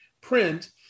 print